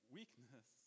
weakness